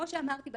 כפי שאמרתי,